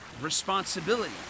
responsibility